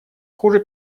хуже